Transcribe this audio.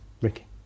Ricky